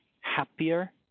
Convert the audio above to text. happier